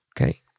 Okay